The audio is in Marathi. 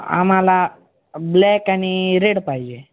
आम्हाला ब्लॅक आणि रेड पाहिजे